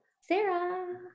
Sarah